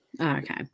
Okay